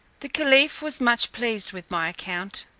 the caliph was much pleased with my account.